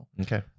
Okay